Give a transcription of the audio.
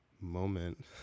moment